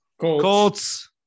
Colts